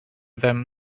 them